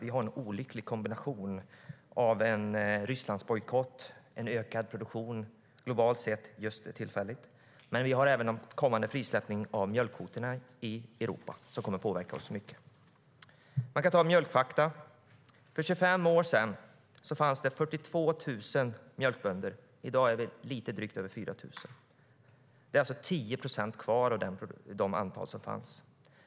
Vi har en olycklig kombination av en Rysslandsbojkott och en ökad produktion globalt sett just för tillfället. Men vi har även en kommande frisläppning av mjölkkvoterna i Europa som kommer att påverka oss mycket. Vi kan ta mjölkfakta. För 25 år sedan fanns det 42 000 mjölkbönder. I dag är det lite drygt över 4 000. Det är alltså 10 procent kvar av det antal som fanns.